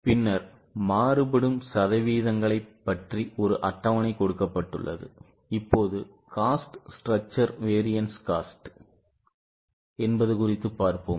பின்னர் மாறுபடும் சதவீதங்களைப் பற்றி ஒரு அட்டவணை கொடுக்கப்பட்டுள்ளது இப்போது cost structure variable cost